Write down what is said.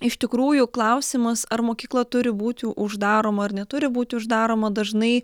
iš tikrųjų klausimas ar mokykla turi būti uždaroma ar neturi būti uždaroma dažnai